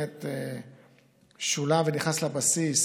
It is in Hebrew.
שולם ונכנס לבסיס